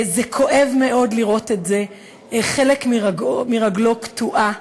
זה כואב מאוד לראות את זה, חלק מרגלו קטועה.